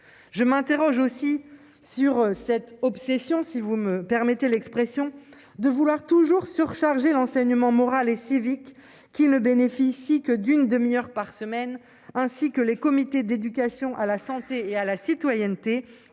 je m'interroge aussi sur cette obsession si vous me permettez l'expression, de vouloir toujours surchargées l'enseignement moral et civique qui ne bénéficient que d'une demi-heure par semaine, ainsi que les comités d'éducation à la santé et à la citoyenneté